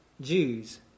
Jews